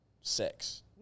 sex